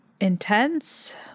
intense